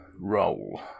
roll